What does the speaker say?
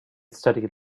studied